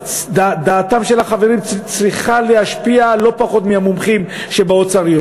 דעתם של החברים צריכה להשפיע לא פחות מדעת המומחים שיושבים באוצר.